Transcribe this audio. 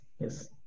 Yes